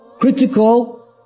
Critical